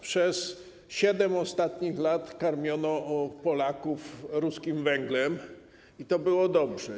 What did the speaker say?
Przez 7 ostatnich lat karmiono Polaków ruskim węglem i to było dobrze.